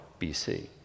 BC